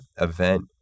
event